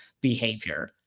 behavior